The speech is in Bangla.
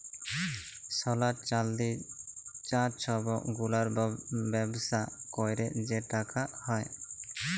সলা, চাল্দি, চাঁ ছব গুলার ব্যবসা ক্যইরে যে টাকা হ্যয়